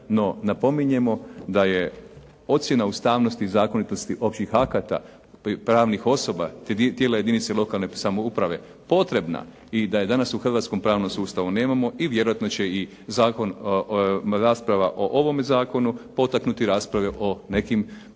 No napominjemo da je ocjena ustavnosti i zakonitosti općih akata, pravnih osoba, te tijela jedinice lokalne samouprave potrebna i da je danas u hrvatskom pravnom sustavu nemamo i vjerojatno će zakon, rasprava o ovome zakonu, potaknuti rasprave o nekim